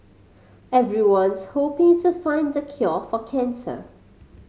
everyone's hoping to find the cure for cancer